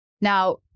now